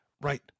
Right